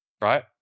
right